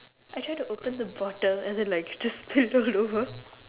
I try to open the bottle and then like it just spilled all over